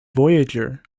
voyager